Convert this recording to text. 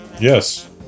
Yes